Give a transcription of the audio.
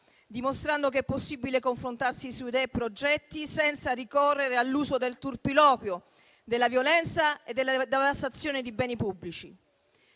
dimostrando che è possibile confrontarsi su idee e progetti senza ricorrere all'uso del turpiloquio, della violenza e della devastazione di beni pubblici.